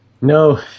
No